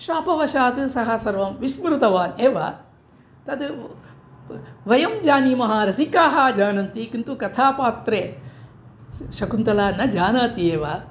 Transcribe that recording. शापवशात् सः सर्वं विस्मृतवान् एव तद् व् वयं जानीमः रसिकाः जानन्ति किन्तु कथापात्रे शकुन्तलां न जानाति एव